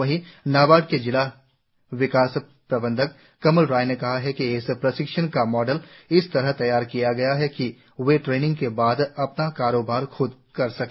वहीं नाबार्ड के जिला विकास प्रबंधक कमल रॉय ने कहा कि इस प्रशिक्षण का मॉडल इस तरह तैयार किया गया है कि वे ट्रेनिंग के बाद अपना कारोबार ख्द श्रु कर सके